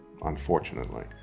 unfortunately